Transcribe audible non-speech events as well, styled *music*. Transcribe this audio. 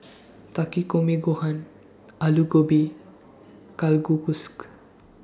*noise* Takikomi Gohan Alu Gobi *unintelligible*